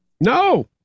No